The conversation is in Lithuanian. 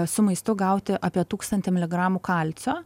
su maistu gauti apie tūkstantį miligramų kalcio